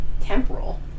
temporal